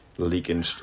Leaking